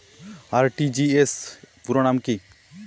RTGS পুরো নাম কি?